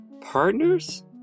Partners